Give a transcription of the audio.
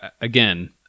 Again